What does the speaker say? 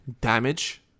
damage